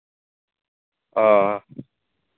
ᱚᱸᱻ